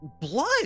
blood